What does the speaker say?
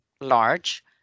large